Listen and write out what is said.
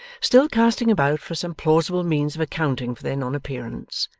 still casting about for some plausible means of accounting for their non-appearance,